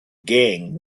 gang